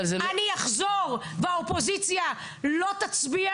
זה לא --- אני אחזור והאופוזיציה לא תצביע